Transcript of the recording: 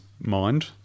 mind